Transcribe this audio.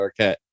Arquette